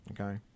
okay